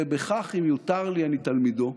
ובכך, אם יותר לי, אני תלמידו,